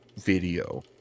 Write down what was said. video